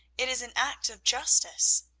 it is an act of justice.